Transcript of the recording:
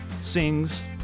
sings